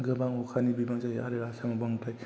गोबां अखानि बिबां जायो आरो आसामाव बांद्राय